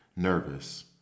Nervous